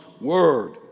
Word